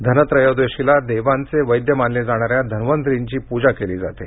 धनत्रयोदशीला देवांचे वैद्य मानले जाणाऱ्या धन्वंतरीची पूजा केली जाते